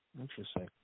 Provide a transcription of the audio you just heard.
Interesting